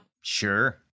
Sure